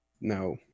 No